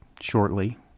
shortly